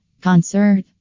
Concert